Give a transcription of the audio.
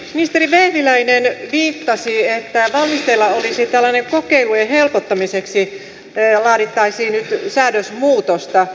ministeri vehviläinen viittasi siihen että valmisteilla olisi että kokeilujen helpottamiseksi laadittaisiin nyt säädösmuutosta